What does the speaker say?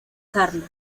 carlos